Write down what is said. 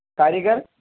کاریگر